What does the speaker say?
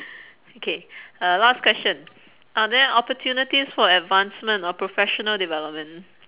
okay uh last question are there opportunities for advancement or professional development